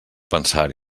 pensar